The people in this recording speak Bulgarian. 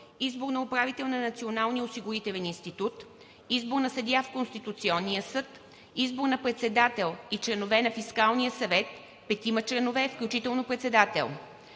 Избор на управител на Националния осигурителен институт. Избор на съдия в Конституционния съд. Избор на председател и членове на Фискалния съвет – петима, включително председател.